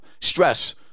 Stress